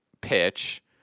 pitch